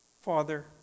Father